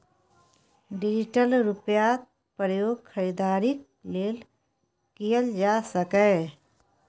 digital रुपैयाक प्रयोग खरीदारीक लेल कएल जा सकैए